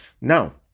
now